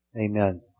Amen